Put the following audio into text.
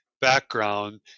background